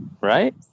Right